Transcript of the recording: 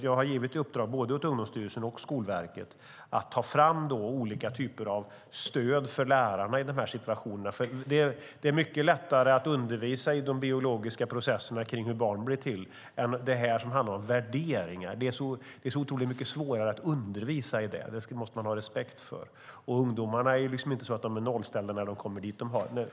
Jag har givit i uppdrag åt både Ungdomsstyrelsen och Skolverket att ta fram olika typer av stöd för lärarna i de här situationerna. Det är mycket lättare att undervisa i de biologiska processerna kring hur barn blir till än i detta som handlar om värderingar. Det är otroligt mycket svårare att undervisa i det. Det måste man ha respekt för. Ungdomarna är ju inte nollställda när de kommer till undervisningen i ämnet.